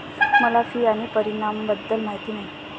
मला फी आणि परिणामाबद्दल माहिती नाही